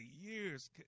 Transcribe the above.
years